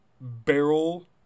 barrel